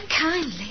kindly